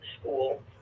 school